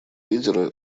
лидера